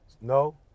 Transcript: No